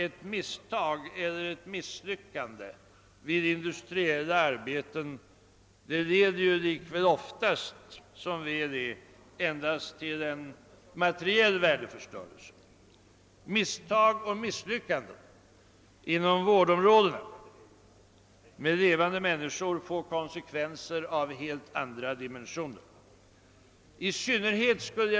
Ett misstag eller ett misslyckande vid industriellt arbete 1eder oftast, som väl är, endast till materiell värdeförstörelse, medan misstag och misslyckanden inom vårdområdena med levande människor får konsekvenser av helt andra dimensioner.